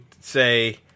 say